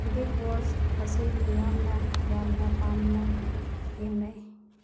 big Boss ꯑꯁꯤ ꯃꯤꯌꯥꯝꯅ ꯌꯥꯝꯅ ꯄꯥꯝꯅ ꯌꯦꯡꯅꯩ